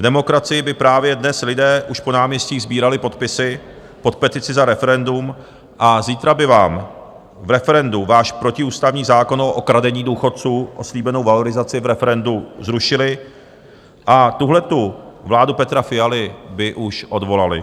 V demokracii by právě dnes lidé už po náměstích sbírali podpisy pod petici za referendum a zítra by vám v referendu váš protiústavní zákon o okradení důchodců o slíbenou valorizaci v referendu zrušili a tuhletu vládu Petra Fialy by už odvolali.